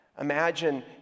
Imagine